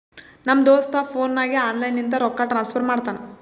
ನಮ್ ದೋಸ್ತ ಫೋನ್ ನಾಗೆ ಆನ್ಲೈನ್ ಲಿಂತ ರೊಕ್ಕಾ ಟ್ರಾನ್ಸಫರ್ ಮಾಡ್ತಾನ